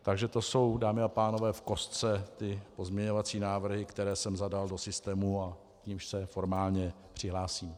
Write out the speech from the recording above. Takže to jsou, dámy a pánové, v kostce pozměňovací návrhy, které jsem zadal do systému a k nimž se formálně přihlásím.